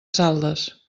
saldes